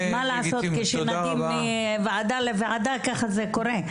כשעוברים מוועדה לוועדה, זה קורה.